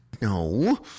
No